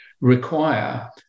require